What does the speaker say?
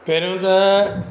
पहिरियों त